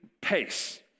pace